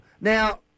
Now